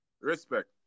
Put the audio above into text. Respect